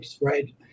right